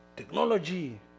technology